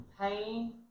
pain